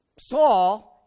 Saul